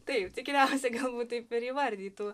taip tikriausiai galbūt taip ir įvardytų